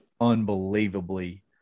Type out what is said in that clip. unbelievably